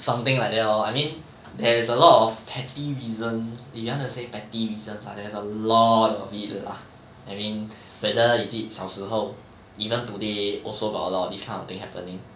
something like that lor I mean there's a lot of petty reason that you want to say petty reason like that of a lot it lah I mean whether is it 小时候 even today also got a lot of this kind of thing happening